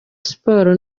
sports